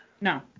No